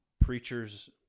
preachers